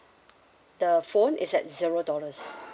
the phone is at zero dollars